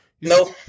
No